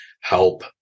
help